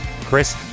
Chris